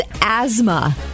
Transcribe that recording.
asthma